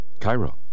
Cairo